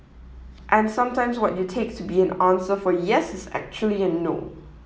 and sometimes what you take to be an answer for yes is actually a no